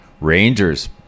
rangers